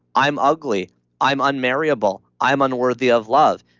i'm ugly i'm unmarriable. i'm unworthy of love.